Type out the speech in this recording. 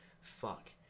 fuck